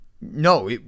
no